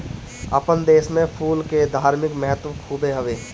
आपन देस में फूल के धार्मिक महत्व खुबे हवे